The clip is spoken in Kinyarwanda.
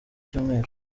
cyumweru